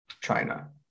China